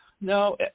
no